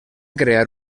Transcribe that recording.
crear